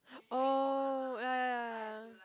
orh ya ya ya